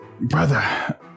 Brother